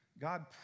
God